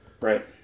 Right